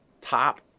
top